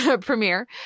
premiere